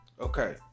Okay